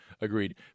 Agreed